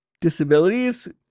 disabilities